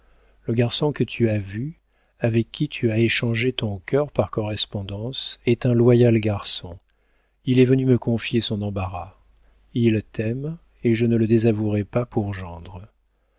le garçon que tu as vu avec qui tu as échangé ton cœur par correspondance est un loyal garçon il est venu me confier son embarras il t'aime et je ne le désavouerais pas pour gendre